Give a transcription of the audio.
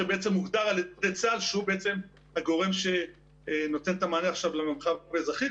מוגדר על ידי צה"ל כגורם שנותן את המענה עכשיו למרחב האזרחי.